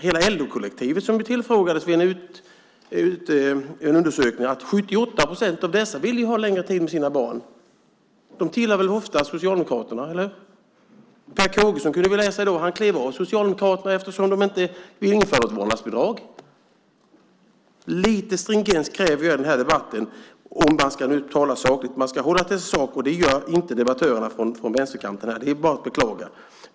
Hela LO-kollektivet tillfrågades i en undersökning. 78 procent av dessa ville ha längre tid med sina barn. De tillhör väl ofta Socialdemokraterna - eller hur? Vi kunde läsa i dag att Per Kågeson klev av Socialdemokraterna eftersom de inte vill införa ett vårdnadsbidrag. Jag kräver lite stringens i den här debatten, om man nu ska tala sakligt. Man ska hålla sig till saken. Det gör inte debattörerna från vänsterkanten här. Det är bara att beklaga.